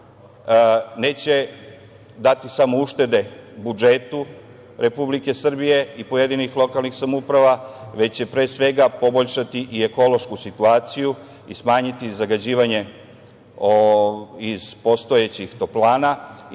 neće dati samo uštede budžetu Republike Srbije i pojedinih lokalnih samouprava, već će, pre svega, poboljšati i ekološku situaciju i smanjiti zagađivanja iz postojećih toplana